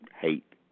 hate